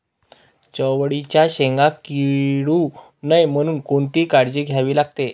चवळीच्या शेंगा किडू नये म्हणून कोणती काळजी घ्यावी लागते?